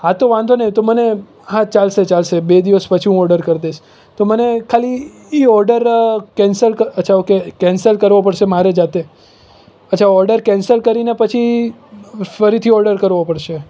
હા તો વાંધો નહીં એ તો મને હા ચાલશે ચાલશે બે દિવસ પછી હું ઓર્ડર કરી દઈશ તો મને ખાલી એ ઓર્ડર કેન્સલ ક અચ્છા ઓકે કેન્સલ કરવો પડશે મારે જાતે અચ્છા ઓર્ડર કેન્સલ કરીને પછી ફરીથી ઓર્ડર કરવો પડશે